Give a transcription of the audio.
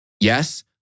Yes